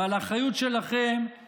ועל האחריות שלכם,